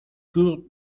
cours